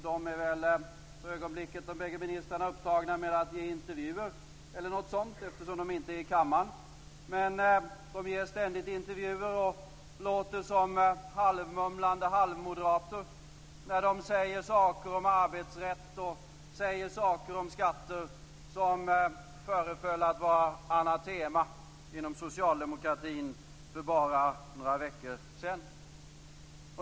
De bägge ministrarna är väl för ögonblicket upptagna med att ge intervjuer eftersom de inte är i kammaren. De ger ständigt intervjuer, och de låter som halvmumlande halvmoderater när de säger saker om arbetsrätt och skatter som föreföll att vara anatema inom socialdemokratin för bara några veckor sedan.